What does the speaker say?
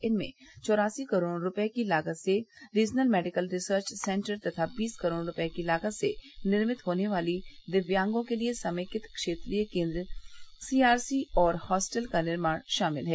इनमें चौरासी करोड़ रूपये की लागत से रीजनल मेडिकल रिसर्व सेन्टर तथा बीस करोड़ रूपये की लागत से निर्मित होने वाली दिय्यागों के लिए समेकित क्षेत्रीय केन्द्र सीआरसी और हास्टल का निर्माण शामिल है